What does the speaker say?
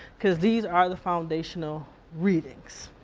cause these are the foundational readings.